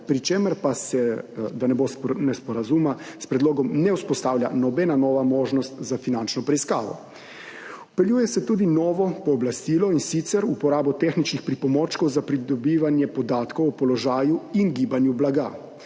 pri čemer pa se, da ne bo nesporazuma, s predlogom ne vzpostavlja nobena nova možnost za finančno preiskavo. Vpeljuje se tudi novo pooblastilo, in sicer za uporabo tehničnih pripomočkov za pridobivanje podatkov o položaju in gibanju blaga.